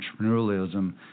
entrepreneurialism